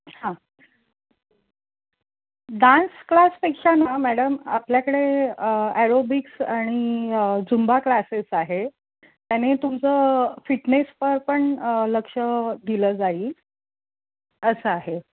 हां डान्स क्लासपेक्षा ना मॅडम आपल्याकडे ॲरोबिक्स आणि झुंबा क्लासेस आहे त्याने तुमचं फिटनेसवर पण लक्ष दिलं जाईल असं आहे